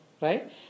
Right